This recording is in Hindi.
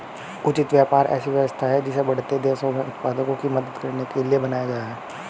उचित व्यापार ऐसी व्यवस्था है जिसे बढ़ते देशों में उत्पादकों की मदद करने के लिए बनाया गया है